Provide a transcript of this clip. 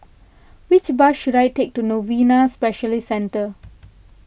which bus should I take to Novena Specialist Centre